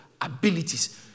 abilities